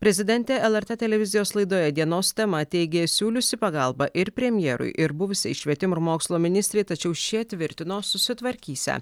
prezidentė lrt televizijos laidoje dienos tema teigė siūliusi pagalbą ir premjerui ir buvusiai švietimo ir mokslo ministrei tačiau šie tvirtino susitvarkysią